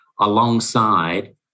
alongside